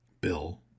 Bill